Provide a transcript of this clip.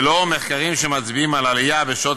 ועל סמך מחקרים שמצביעים על עלייה בשעות